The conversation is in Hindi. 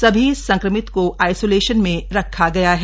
सभी संक्रमित को आइसोलेशन में रखा गया है